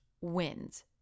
wins